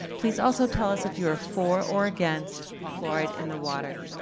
please also tell us if you are for or against fluoride in the water.